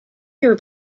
your